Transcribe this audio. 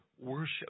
Worship